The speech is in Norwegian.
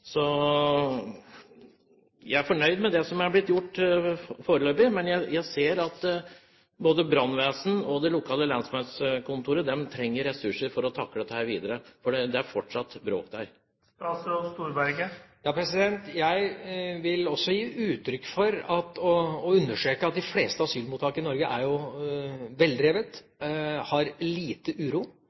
Jeg er fornøyd med det som er blitt gjort foreløpig. Men jeg ser at både brannvesenet og det lokale lensmannskontoret trenger ressurser for å takle dette videre, for det er fortsatt bråk der. Jeg vil også understreke at de fleste asylmottak i Norge er veldrevet og har lite uro.